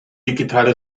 digitale